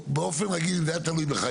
אם באופן רגיל זה היה תלוי בכך,